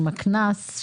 עם הקנס,